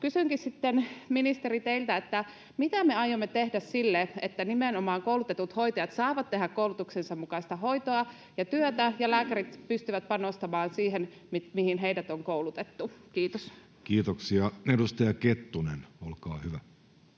Kysynkin sitten, ministeri, teiltä: mitä me aiomme tehdä sille, että nimenomaan koulutetut hoitajat saavat tehdä koulutuksensa mukaista hoitoa ja työtä ja lääkärit pystyvät panostamaan siihen, mihin heidät on koulutettu? — Kiitos. Kiitoksia. — Edustaja Kettunen, olkaa hyvä.